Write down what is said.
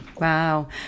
Wow